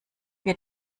wir